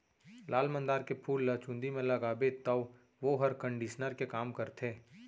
लाल मंदार के फूल ल चूंदी म लगाबे तौ वोहर कंडीसनर के काम करथे